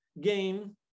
game